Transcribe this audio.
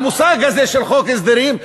המושג הזה של חוק הסדרים,